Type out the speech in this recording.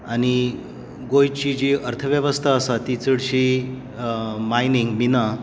आनी गोंयची जी अर्थवेवस्था आसा ती चडशीं मायनिंग मिना